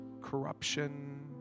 Corruption